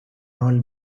all